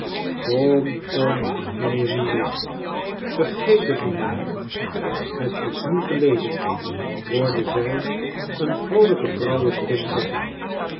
kom kom mijnheer meagles vergeet het nu maar het is nu geleden hoorden zij een vroolijke vrouwenstem zeggen